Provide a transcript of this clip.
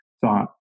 thought